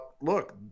look